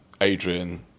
Adrian